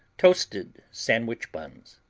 toasted sandwich buns.